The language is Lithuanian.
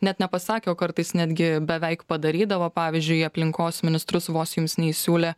net nepasakė o kartais netgi beveik padarydavo pavyzdžiui į aplinkos ministrus vos jums neįsiūlė